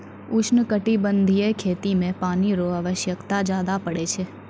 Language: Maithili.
उष्णकटिबंधीय खेती मे पानी रो आवश्यकता ज्यादा पड़ै छै